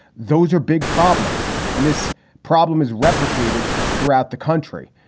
those are big problems and this problem is replicated throughout the country.